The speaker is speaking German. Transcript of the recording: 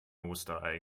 osterei